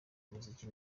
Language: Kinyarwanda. umuziki